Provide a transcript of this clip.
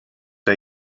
der